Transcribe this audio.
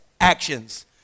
actions